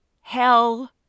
hell